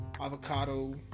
avocado